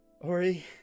Ori